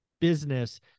business